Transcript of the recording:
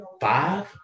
Five